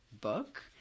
book